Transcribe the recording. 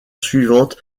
suivante